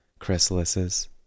chrysalises